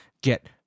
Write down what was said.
get